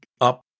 up